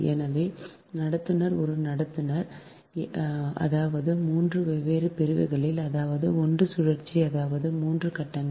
எனவே கண்டக்டர்ஒரு conductor a அதாவது 3 வெவ்வேறு பிரிவுகளில் அதாவது 1 சுழற்சி அதாவது 3 கட்டங்கள்